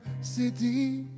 City